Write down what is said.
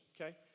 Okay